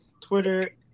Twitter